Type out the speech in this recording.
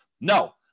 no